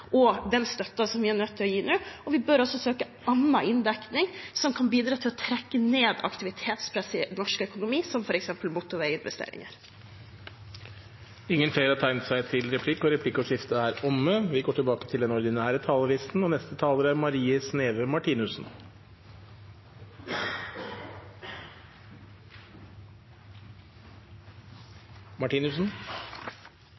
og den støtten som vi er nødt til å gi nå. Vi bør også søke annen inndekning som kan bidra til å trekke ned aktivitetspresset i norsk økonomi, f.eks. motorveiinvesteringer. Replikkordskiftet er omme. Det er bra at vi med denne pakken får på plass helt nødvendige bevilgninger for å ta imot ukrainske flyktninger og til en styrking av beredskap og